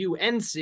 unc